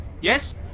Yes